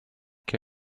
che